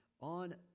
on